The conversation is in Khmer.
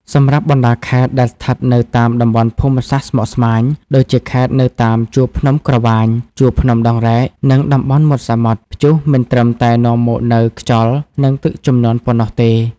សម្រាប់បណ្ដាខេត្តដែលស្ថិតនៅតាមតំបន់ភូមិសាស្ត្រស្មុគស្មាញ ដូចជាខេត្តនៅតាមជួរភ្នំក្រវាញ ជួរភ្នំដងរែក និងតំបន់មាត់សមុទ្រ ព្យុះមិនត្រឹមតែនាំមកនូវខ្យល់ និងទឹកជំនន់ប៉ុណ្ណោះទេ។